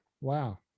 Wow